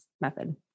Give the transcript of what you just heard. method